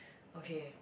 okay